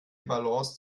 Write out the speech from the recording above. balance